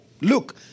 look